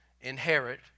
inherit